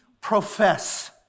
profess